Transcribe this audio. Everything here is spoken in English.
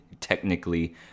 technically